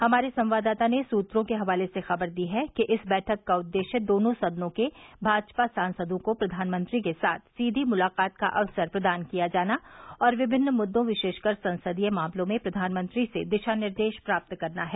हमारे संवाददाता ने सुत्रों के हवाले से खबर दी है कि इस बैठक का उददेश्य दोनों सदनों के भाजपा सांसदों को प्रधानमंत्री के साथ सीधी मुलाकात का अवसर प्रदान किया जाना और विभिन्न मुद्दों विशेषकर संसदीय मामलों में प्रधानमंत्री से दिशा निर्देश प्राप्त करना है